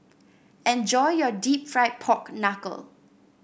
enjoy your deep fried Pork Knuckle